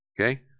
Okay